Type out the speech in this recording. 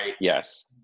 yes